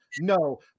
No